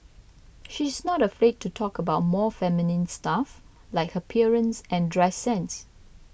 she is not afraid to talk about more feminine stuff like her appearance and dress sense